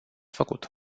făcut